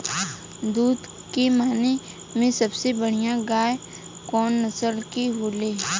दुध के माने मे सबसे बढ़ियां गाय कवने नस्ल के होली?